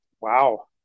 wow